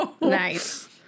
Nice